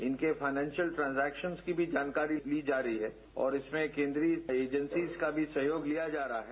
इनके financial transactions की भी जानकारी ली जा रही है और इसमें केंद्रीय एजेंसीज का भी सहयोग लिया जा रहा है